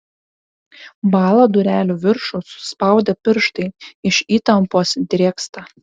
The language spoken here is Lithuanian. bąla durelių viršų suspaudę pirštai iš įtampos drėgsta